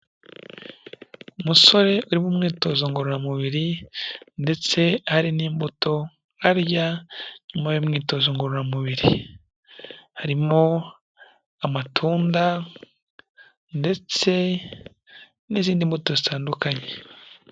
Umusore uri mu myitozo ngororamubiri ndetse hari n'imbuto arya nyuma y'imyitozo ngororamubiri, harimo amatunda ndetse n'izindi mbuto zitandukanye.